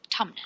Tumnus